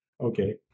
Okay